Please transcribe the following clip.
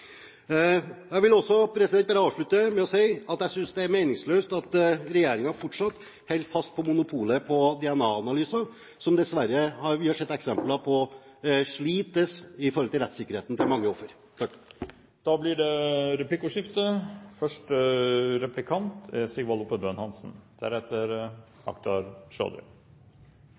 Jeg vil avslutte med å si at jeg synes det er meningsløst at regjeringen fortsatt holder fast ved monopolet på DNA-analyser, som vi dessverre har sett eksempler på slites med tanke på rettssikkerheten til mange offer. Det blir replikkordskifte. Representanten sa at regjeringspartia hadde flytta på 3,6 mill. kr. Det er